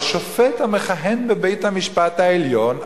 אבל שופט המכהן בבית-המשפט העליון,